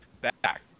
back